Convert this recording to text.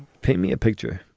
pay me a picture